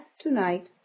tonight